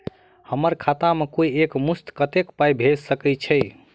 हम्मर खाता मे कोइ एक मुस्त कत्तेक पाई भेजि सकय छई?